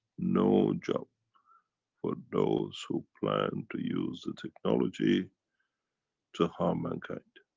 no job for those who plan to use the technology to harm mankind.